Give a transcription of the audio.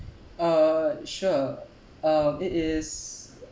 uh sure uh it is